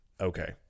Okay